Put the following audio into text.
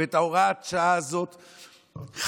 את הוראת השעה הזאת חייבים,